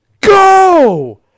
Go